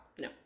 no